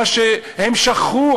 מה שהם שכחו,